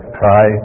try